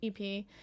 EP